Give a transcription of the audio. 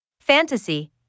Fantasy